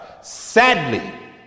Sadly